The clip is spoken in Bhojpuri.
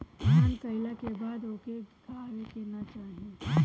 दान कइला के बाद ओके गावे के ना चाही